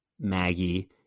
Maggie